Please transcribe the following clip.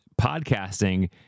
podcasting